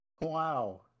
Wow